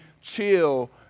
chill